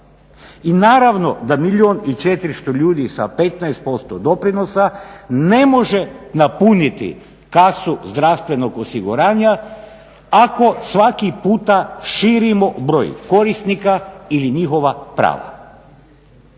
I naravno da milijun i 400 ljudi sa 15% doprinosa ne može napuniti kasu zdravstvenog osiguranja ako svaki puta širimo broj korisnika ili njihova prava.